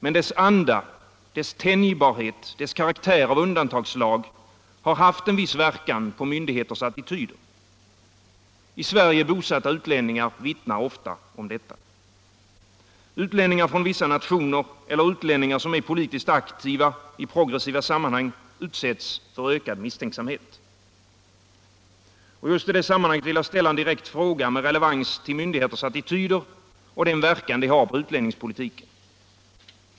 Men dess anda, dess tänjbarhet, dess karaktär av undantagslag har haft en viss verkan på myndigheters attityder. I Sverige bosatta utlänningar vittnar ofta om detta. Utlänningar från vissa nationer eller utlänningar som är politiskt aktiva i progressiva sammanhang utsätts för ökad misstänksamhet. Jag vill ställa en direkt fråga med relevans till myndigheters attityder och den verkan de har på utlänningspolitiken.